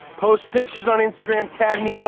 post pictures on instagram, tag me in ah